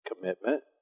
commitment